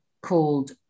called